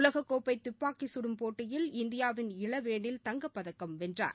உலகக்கோப்பை துப்பாக்கி சுடும் போட்டியில் இந்தியாவின் இளவேனில் தங்கப்பதக்கம் வென்றார்